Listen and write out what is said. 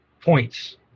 points